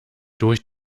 durch